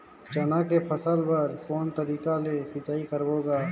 चना के फसल बर कोन तरीका ले सिंचाई करबो गा?